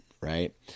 right